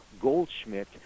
goldschmidt